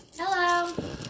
Hello